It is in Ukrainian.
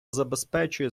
забезпечує